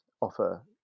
offer